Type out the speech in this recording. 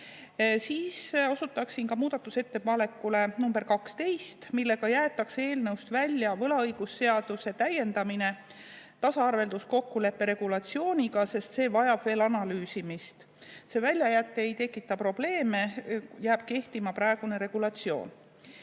Osutaksin ka muudatusettepanekule nr 12, millega jäetakse eelnõust välja võlaõigusseaduse täiendamine tasaarvelduskokkuleppe regulatsiooniga, sest see vajab veel analüüsimist. See väljajätt ei tekita probleeme, jääb kehtima praegune regulatsioon.